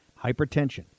Hypertension